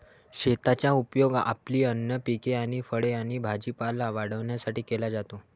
शेताचा उपयोग आपली अन्न पिके आणि फळे आणि भाजीपाला वाढवण्यासाठी केला जातो